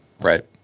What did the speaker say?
Right